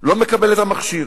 לא מקבל את המכשיר.